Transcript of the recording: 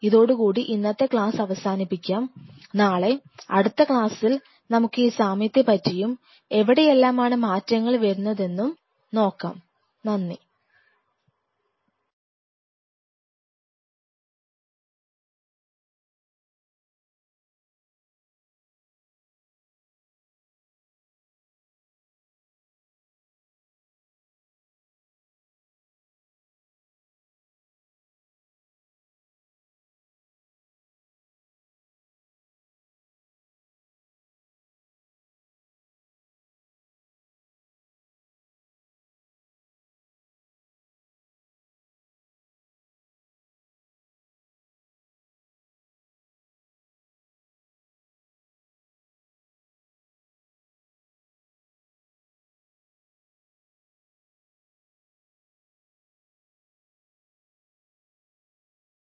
ഇതോടുകൂടി ഇന്നത്തെ ക്ലാസ്സ് അവസാനിപ്പിക്കാം നാളെ അടുത്ത ക്ലാസ്സിൽ നമുക്ക് ഈ സാമ്യത്തെ പറ്റിയും എവിടെയെല്ലാമാണ് മാറ്റങ്ങൾ വരുന്നതെന്നും നോക്കാം